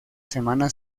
semana